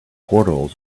portals